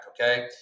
okay